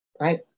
Right